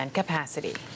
capacity